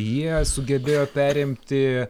jie sugebėjo perimti